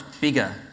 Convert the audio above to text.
bigger